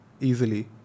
easily